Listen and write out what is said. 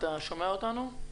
אתה שומע אותנו?